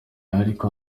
ariko